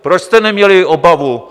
Proč jste neměli obavu?